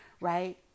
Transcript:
right